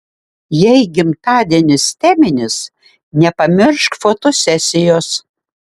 jei gimtadienis teminis nepamiršk fotosesijos